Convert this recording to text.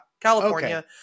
california